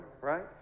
right